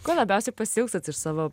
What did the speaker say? ko labiausiai pasiilgstat iš savo